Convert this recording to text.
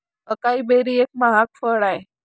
acai berry एक महाग फळ आहे